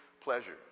pleasure